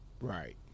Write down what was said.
Right